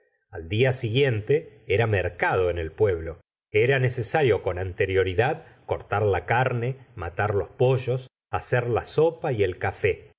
al dia siguiente era mercado en el pueblo era necesario con anterioridad cortar la carne matar los pollos hacer la sopa y el café